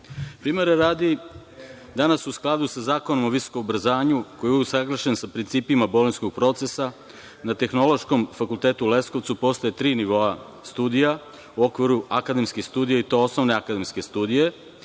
radi, danas u skladu sa Zakonom o visokom obrazovanju koji je usaglašen sa principima bolonjskog procesa na Tehnološkom fakultetu u Leskovcu postoje tri nivoa studija u okviru akademskih studija i to: osnovne akademske studije,